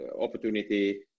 opportunity